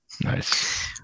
Nice